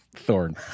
thorn